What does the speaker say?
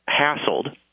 hassled